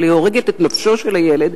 אבל היא הורגת את נפשו של הילד,